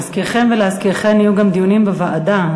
(שותקת) להזכירכם ולהזכירכן שיהיו גם דיונים בוועדה.